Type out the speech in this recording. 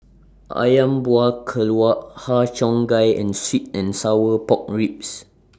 Ayam Buah Keluak Har Cheong Gai and Sweet and Sour Pork Ribs